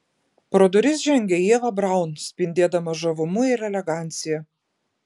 pro duris žengė ieva braun spindėdama žavumu ir elegancija